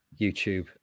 YouTube